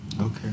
Okay